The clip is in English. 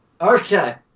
Okay